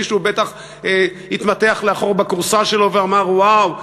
מישהו בטח התמתח לאחור בכורסה שלו ואמר: וואו,